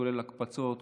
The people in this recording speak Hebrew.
כולל הקפצות,